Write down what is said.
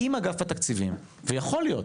אם אגף התקציבים, ויכול להיות,